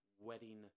wedding